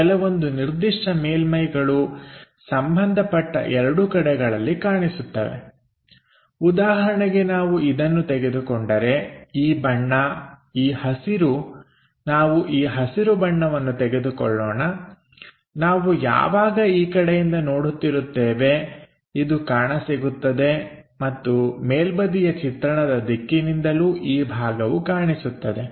ಕೆಲವೊಂದು ನಿರ್ದಿಷ್ಟ ಮೇಲ್ಮೈಗಳು ಸಂಬಂಧಪಟ್ಟ ಎರಡು ಕಡೆಗಳಲ್ಲಿ ಕಾಣಿಸುತ್ತವೆ ಉದಾಹರಣೆಗೆ ನಾವು ಇದನ್ನು ತೆಗೆದುಕೊಂಡರೆ ಈ ಬಣ್ಣ ಈ ಹಸಿರು ನಾವು ಈ ಹಸಿರು ಬಣ್ಣವನ್ನು ತೆಗೆದುಕೊಳ್ಳೋಣ ನಾವು ಯಾವಾಗ ಈ ಕಡೆಯಿಂದ ನೋಡುತ್ತಿರುತ್ತೇವೆ ಇದು ಕಾಣ ಸಿಗುತ್ತದೆ ಮತ್ತು ಮೇಲ್ಬದಿಯ ಚಿತ್ರಣದ ದಿಕ್ಕಿನಿಂದಲೂ ಈ ಭಾಗವು ಕಾಣಿಸುತ್ತದೆ